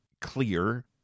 clear